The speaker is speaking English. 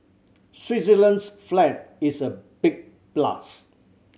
Switzerland's flag is a big plus